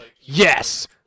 yes